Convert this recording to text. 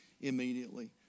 immediately